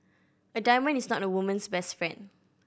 a diamond is not a woman's best friend